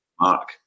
mark